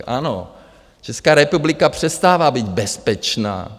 Ano, Česká republika přestává být bezpečná.